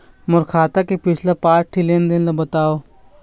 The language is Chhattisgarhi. मोर खाता के पिछला पांच ठी लेन देन ला बताव?